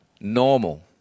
normal